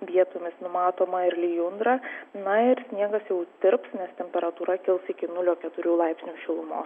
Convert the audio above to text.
vietomis numatoma ir lijundra na ir sniegas jau tirps nes temperatūra kils iki nulio keturių laipsnių šilumos